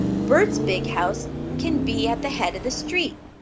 bert's big house can be at the head of the street.